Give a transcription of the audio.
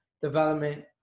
development